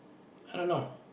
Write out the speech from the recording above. so i don't know